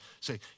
say